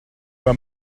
were